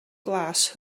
glas